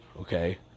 okay